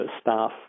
staff